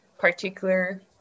particular